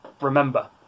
Remember